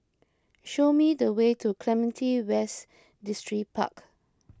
show me the way to Clementi West Distripark